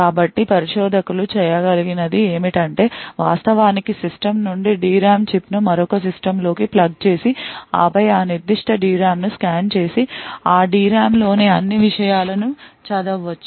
కాబట్టి పరిశోధకులు చేయగలిగినది ఏమిటంటే వాస్తవానికి సిస్టమ్ నుండి డి ర్యామ్ చిప్ను మరొక సిస్టమ్లోకి ప్లగ్ చేసి ఆపై ఆ నిర్దిష్ట డి ర్యామ్ను స్కాన్ చేసి ఆ డి ర్యామ్లోని అన్ని విషయాలను చదవవచ్చు